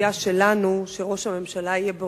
הציפייה שלנו היא שראש הממשלה יהיה ברור,